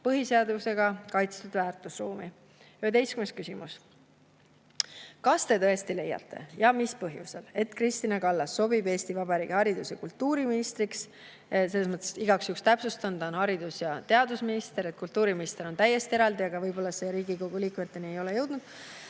põhiseadusega kaitstud väärtusruumi. Üheteistkümnes küsimus: kas te tõesti leiate ja mis põhjusel, et Kristina Kallas sobib Eesti Vabariigi haridus- ja kultuuriministriks – igaks juhuks täpsustan, et ta on haridus- ja teadusminister, kultuuriminister on täiesti eraldi, aga võib-olla see Riigikogu liikmeteni ei ole jõudnud